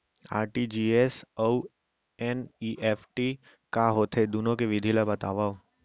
RTGS अऊ NEFT का होथे, दुनो के विधि ला बतावव